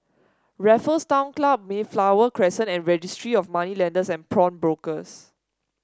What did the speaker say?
Raffles Town Club Mayflower Crescent and Registry of Moneylenders and Pawnbrokers